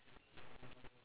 oh okay